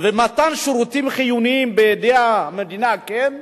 מתן שירותים חיוניים בידי המדינה, כן.